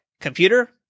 Computer